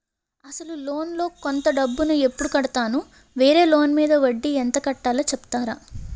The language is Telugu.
అసలు లోన్ లో కొంత డబ్బు ను ఎప్పుడు కడతాను? వేరే లోన్ మీద వడ్డీ ఎంత కట్తలో చెప్తారా?